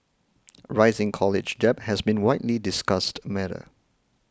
rising college debt has been a widely discussed matter